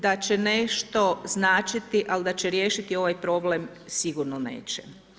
Da će nešto značiti ali da će riješiti ovaj problem, sigurno neće.